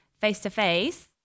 face-to-face